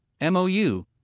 MOU